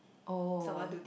oh